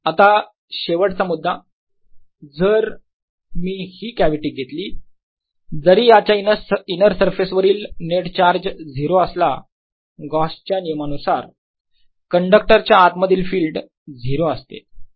आता शेवटचा मुद्दा जर मी ही कॅव्हिटी घेतली जरी याच्या इनर सरफेस वरील नेट चार्ज 0 असला गॉसच्या नियमा Gauss's law नुसार कारण कंडक्टर च्या आत मधील फिल्ड 0 असते